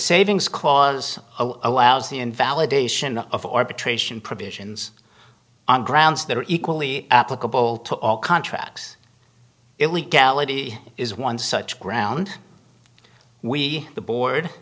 savings cause allows the invalidation of arbitration provisions on grounds that are equally applicable to all contracts illegality is one such ground we the board